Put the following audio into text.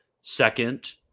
Second